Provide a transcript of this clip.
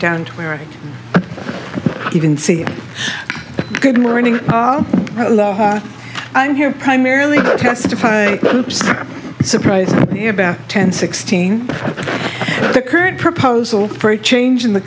down to where i even see good morning i'm here primarily to testify surprise me about ten sixteen the current proposal for a change in the